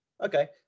Okay